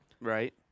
Right